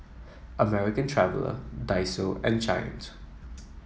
American Traveller Daiso and Giant